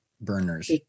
Burners